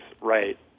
right